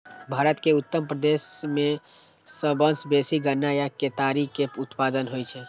भारत के उत्तर प्रदेश मे सबसं बेसी गन्ना या केतारी के उत्पादन होइ छै